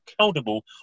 accountable